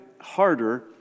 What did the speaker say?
harder